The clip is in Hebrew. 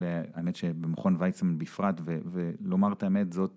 האמת שבמכון ויצמן בפרט ולומר את האמת זאת